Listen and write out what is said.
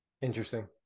Interesting